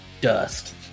dust